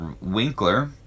Winkler